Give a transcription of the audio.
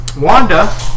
Wanda